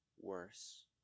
worse